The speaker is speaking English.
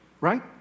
Right